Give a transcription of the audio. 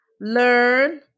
learn